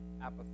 apathy